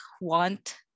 want